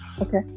Okay